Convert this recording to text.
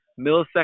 milliseconds